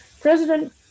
President